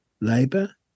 Labour